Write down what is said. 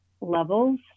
levels